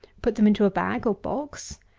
put them into a bag, or box,